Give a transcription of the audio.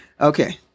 okay